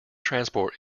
transport